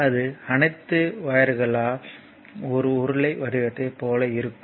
அது அனைத்து ஒயர்களும் ஒரு உருளை வடிவத்தைப் போல இருக்கும்